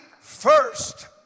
first